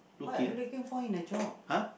what are you looking for in a job